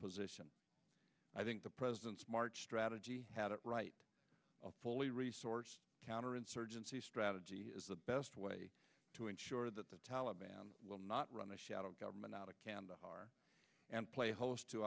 position i think the president's march strategy had it right fully resourced counterinsurgency strategy is the best way to ensure that the taliban will not run the shadow government out of kandahar and play host to